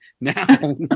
now